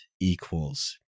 equals